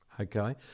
Okay